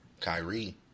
Kyrie